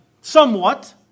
somewhat